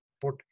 put